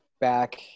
back